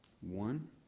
one